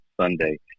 Sunday